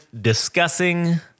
discussing